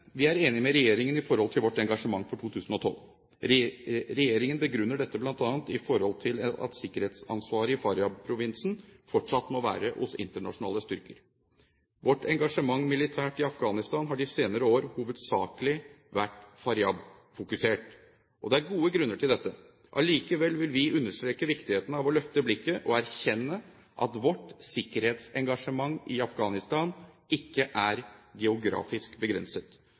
Vi er enig med regjeringen når det gjelder vårt engasjement for 2012. Regjeringen begrunner engasjementet bl.a. med at sikkerhetsansvaret i Faryab-provinsen fortsatt må ligge hos internasjonale styrker. Vårt militære engasjement i Afghanistan har de senere år hovedsakelig vært Faryab-fokusert. Det er gode grunner til dette. Allikevel vil vi understreke viktigheten av å løfte blikket og erkjenne at vårt sikkerhetsengasjement i Afghanistan ikke er geografisk begrenset.